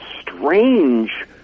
strange